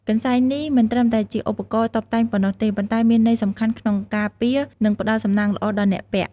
កន្សែងនេះមិនត្រឹមតែជាឧបករណ៍តុបតែងប៉ុណ្ណោះទេ ប៉ុន្តែមានន័យសំខាន់ក្នុងការពារ និងផ្ដល់សំណាងល្អដល់អ្នកពាក់។